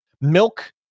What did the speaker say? milk